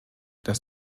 dass